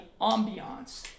ambiance